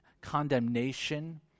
condemnation